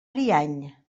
ariany